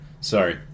Sorry